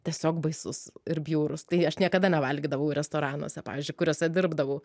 tiesiog baisus ir bjaurus tai aš niekada nevalgydavau restoranuose pavyzdžiui kuriuose dirbdavau